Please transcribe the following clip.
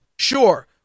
Sure